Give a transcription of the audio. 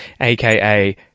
aka